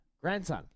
Grandson